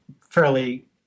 fairly